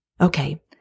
Okay